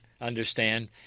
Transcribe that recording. understand